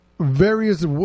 Various